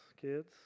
kids